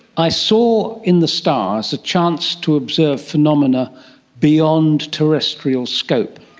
i saw in the stars a chance to observe phenomena beyond terrestrial scope.